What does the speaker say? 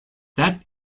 that